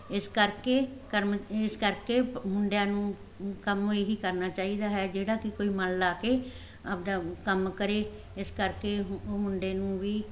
ਇਸ ਕਰਕੇ ਕਰਮ ਇਸ ਕਰਕੇ ਮੁੰਡਿਆਂ ਨੂੰ ਕੰਮ ਇਹ ਹੀ ਕਰਨਾ ਚਾਹੀਦਾ ਹੈ ਜਿਹੜਾ ਕਿ ਕੋਈ ਮਨ ਲਾ ਕੇ ਆਪਣਾ ਕੰਮ ਕਰੇ ਇਸ ਕਰਕੇ ਉਹ ਮੁੰਡੇ ਨੂੰ ਵੀ